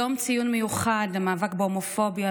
יום ציון מיוחד במאבק בהומופוביה,